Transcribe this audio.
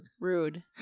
Rude